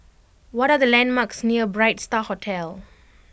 what are the landmarks near Bright Star Hotel